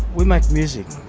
we make music.